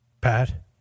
Pat